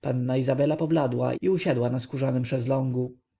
panna izabela pobladła i usiadła na skórzanym